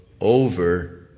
over